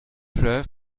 fleuve